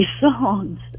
songs